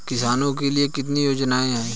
किसानों के लिए कितनी योजनाएं हैं?